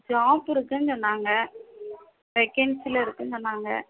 job இருக்குதுன்னு சொன்னாங்க வேகன்ஸியில் இருக்குதுன்னு சொன்னாங்க